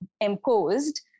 imposed